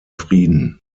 frieden